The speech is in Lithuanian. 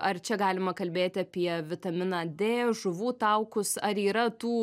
ar čia galima kalbėti apie vitaminą d žuvų taukus ar yra tų